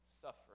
suffering